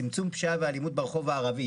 צמצום פשיעה ואלימות ברחוב הערבי,